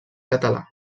català